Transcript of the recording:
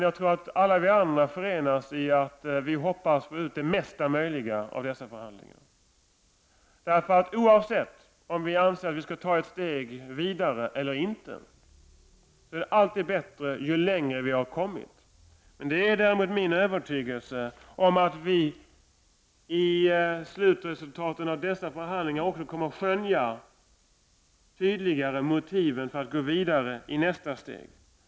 Jag tror att alla vi andra förenas i en förhoppning om att få ut mesta möjliga av dessa förhandlingar. Oavsett om vi anser att vi skall ta ett steg vidare eller inte, anser vi att det alltid är bättre ju längre vi har kommit. Det är däremot min övertygelse att vi i slutresultatet av dessa förhandlingar också tydligare kommer att skönja motiven för att gå vidare i nästa steg.